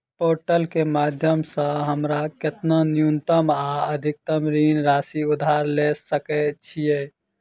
Portal केँ माध्यम सऽ हमरा केतना न्यूनतम आ अधिकतम ऋण राशि उधार ले सकै छीयै?